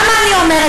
לא גיניתי?